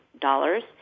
dollars